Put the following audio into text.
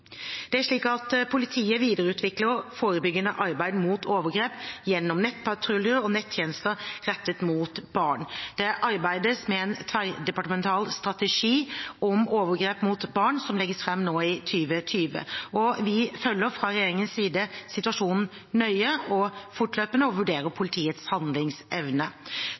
Politiet videreutvikler forebyggende arbeid mot overgrep gjennom nettpatruljer og nettjenester rettet mot barn. Det arbeides med en tverrdepartemental strategi om overgrep mot barn, som legges fram nå i 2020. Vi følger fra regjeringens side situasjonen nøye og fortløpende og vurderer politiets handlingsevne.